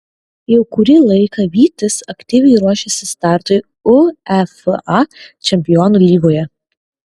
jau kurį laiką vytis aktyviai ruošiasi startui uefa čempionų lygoje